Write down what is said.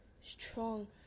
strong